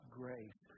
grace